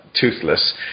Toothless